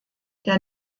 der